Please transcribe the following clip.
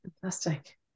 Fantastic